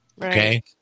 Okay